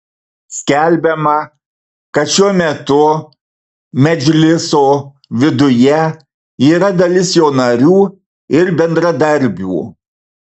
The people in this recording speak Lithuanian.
skelbiama kad šiuo metu medžliso viduje yra dalis jo narių ir bendradarbių